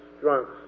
drunks